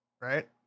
Right